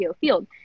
field